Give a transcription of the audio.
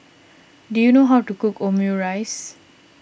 do you know how to cook Omurice